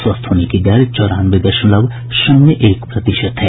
स्वस्थ होने की दर चौरानवे दशमलव शून्य एक प्रतिशत है